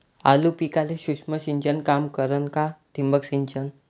आलू पिकाले सूक्ष्म सिंचन काम करन का ठिबक सिंचन?